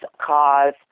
cause